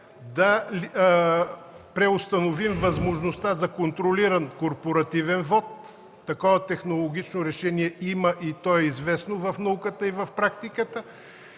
да преустановим възможността за контролиран корпоративен вот. Такова технологично решение има, и то е известно в науката и в практиката.